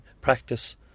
practice